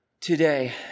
Today